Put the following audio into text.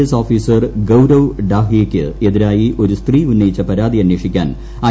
S officer Gaurav ഡാഹിയയ്ക്ക് എതിരായി ഒരു സ്ത്രീ ഉന്നയിച്ച പരാതി അന്വേഷിക്കാൻ ഐ